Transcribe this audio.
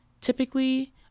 typically